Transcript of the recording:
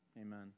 Amen